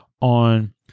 on